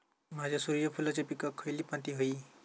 माझ्या सूर्यफुलाच्या पिकाक खयली माती व्हयी?